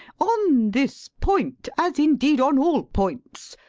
on this point, as indeed on all points,